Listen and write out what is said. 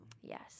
Yes